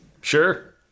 sure